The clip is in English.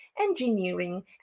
engineering